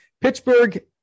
Pittsburgh